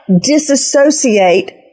disassociate